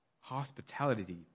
hospitality